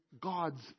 god's